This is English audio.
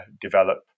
develop